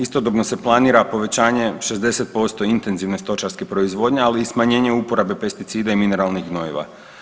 Istodobno se planira povećanje 60% intenzivne stočarske proizvodnje, ali i smanjenje uporabe pesticida i mineralnih gnojiva.